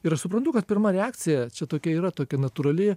ir aš suprantu kad pirma reakcija čia tokia yra tokia natūrali